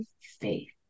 faith